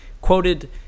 quoted